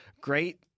great